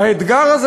האתגר הזה,